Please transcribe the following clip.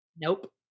Nope